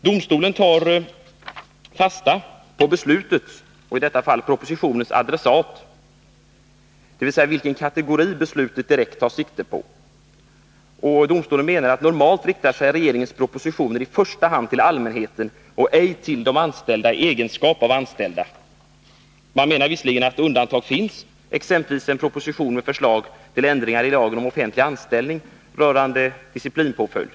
Domstolen tar fasta på beslutets — i detta fall propositionens — adressat, dvs. vilken kategori beslutet direkt tar sikte på. Domstolen menar att normalt riktar sig regeringens propositioner i första hand till allmänheten och ej till de anställda i egenskap av anställda. Man menar visserligen att undantag finns, exempelvis en proposition med förslag till ändringar i lagen om offentlig anställning rörande disciplinpåföljd.